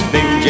Big